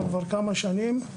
כבר כמה שנים.